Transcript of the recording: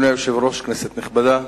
אדוני היושב-ראש, כנסת נכבדה,